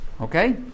Okay